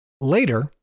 later